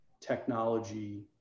technology